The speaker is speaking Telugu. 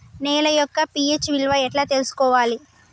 నేల యొక్క పి.హెచ్ విలువ ఎట్లా తెలుసుకోవాలి?